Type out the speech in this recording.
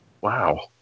Wow